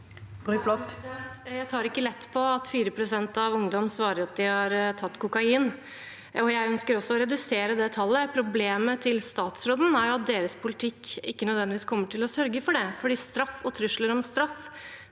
Jeg tar ikke lett på at 4 pst. av ungdom svarer at de har tatt kokain. Jeg ønsker også å redusere det tallet. Problemet til statsråden er jo at deres politikk ikke nødvendigvis kommer til å sørge for det, for straff og trusler om straff